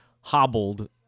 hobbled